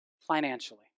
financially